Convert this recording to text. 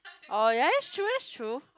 oh that's true that's true